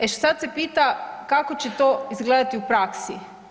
E, sada se pita kako će to izgledati u praksi?